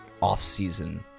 off-season